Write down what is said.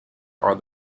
are